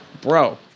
bro